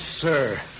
sir